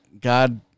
God